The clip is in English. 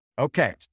Okay